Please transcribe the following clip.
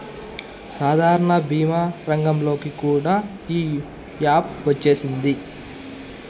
సాధారణ భీమా రంగంలోకి కూడా ఈ యాపు వచ్చేసింది